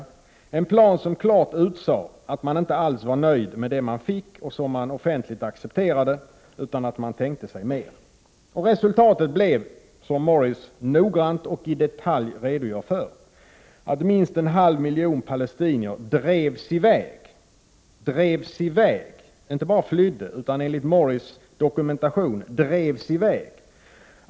Det var en plan som klart uttalade att man inte alls var nöjd med det man fick — och som man offentligt accepterade — utan att man tänkte sig mer. Som Morris noggrant och i detalj redovisar blev resultatet att minst en halv miljon palestinier drevs i väg, inte bara flydde utan, enligt Morris dokumentation, drevs i väg.